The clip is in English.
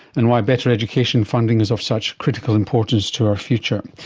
and why better education funding is of such critical importance to our future.